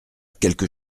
quelque